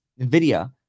NVIDIA